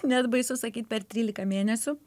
net baisu sakyt per trylika mėnesių